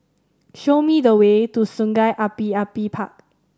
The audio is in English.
show me the way to Sungei Api Api Park